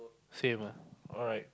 same lah alright